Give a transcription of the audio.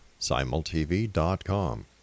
simultv.com